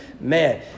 Man